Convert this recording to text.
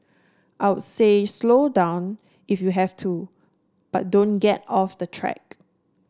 I'd say slow down if you have to but don't get off the track